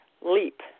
leap